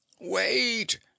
wait